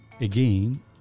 again